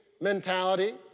mentality